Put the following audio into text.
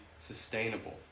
sustainable